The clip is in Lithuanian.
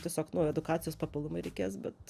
tiesiog nu edukacijos papildomai reikės bet